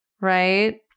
right